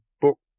book